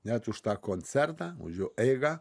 net už tą koncertą už jo eigą